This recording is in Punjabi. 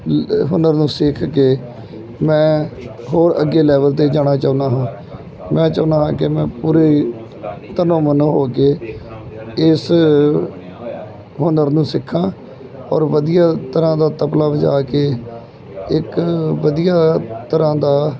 ਇ ਅ ਹੁਨਰ ਨੂੰ ਸਿੱਖ ਕੇ ਮੈਂ ਹੋਰ ਅੱਗੇ ਲੈਵਲ 'ਤੇ ਜਾਣਾ ਚਾਹੁੰਦਾ ਹਾਂ ਮੈਂ ਚਾਹੁੰਦਾ ਹਾਂ ਕਿ ਮੈਂ ਪੂਰੀ ਤਨੋ ਮਨੋ ਹੋ ਕੇ ਇਸ ਹੁਨਰ ਨੂੰ ਸਿੱਖਾਂ ਔਰ ਵਧੀਆ ਤਰ੍ਹਾਂ ਦਾ ਤਬਲਾ ਵਜਾ ਕੇ ਇੱਕ ਵਧੀਆ ਤਰ੍ਹਾਂ ਦਾ